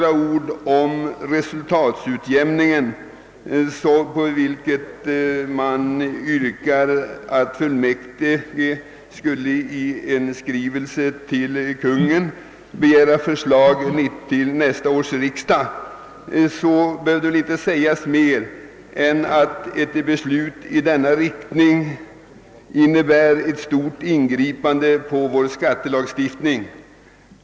I fråga om resultatutjämningen har motionsledes yrkats att riksdagen i skrivelse till Kungl. Maj:t skulle begära förslag till nästa års riksdag. Jag anser mig inte behöva säga mer än att ett beslut enligt de i motionerna uppdragna riktlinjerna skulle innebära stora ingrepp i vår skattelagstiftning.